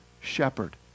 shepherd